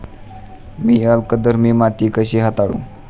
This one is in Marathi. मी अल्कधर्मी माती कशी हाताळू?